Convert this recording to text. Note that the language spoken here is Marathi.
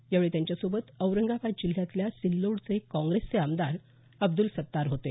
यावेळी त्यांच्यासोबत औरंगाबाद जिल्ह्यातल्या सिल्लोडचे काँग्रेसचे आमदार अब्दुल सत्तार होते